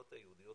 הקהילות היהודיות